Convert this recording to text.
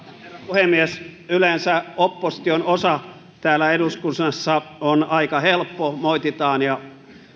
puhemies yleensä opposition osa täällä eduskunnassa on aika helppo moititaan ja